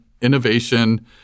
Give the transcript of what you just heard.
innovation